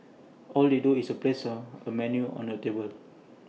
all they do is place A a menu on your table